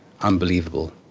Unbelievable